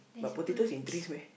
but potatoes in trees meh